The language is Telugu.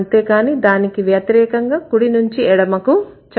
అంతేకానీ దానికి వ్యతిరేకంగా కుడి నుంచి ఎడమకు చదవకూడదు